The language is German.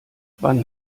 wann